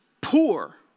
poor